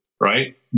Right